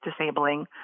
disabling